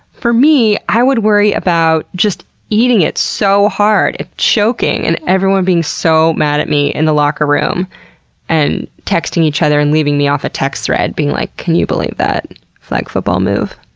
for me, i would worry about just eating it so hard and choking and everyone being so mad at me in the locker room and texting each other and leaving me off a text thread, being like, can you believe that flag football move?